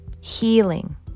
healing